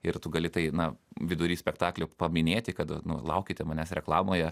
ir tu gali tai na vidury spektaklio paminėti kad laukite manęs reklamoje